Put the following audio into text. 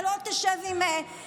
אתה לא תשב עם רע"מ,